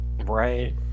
Right